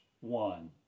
one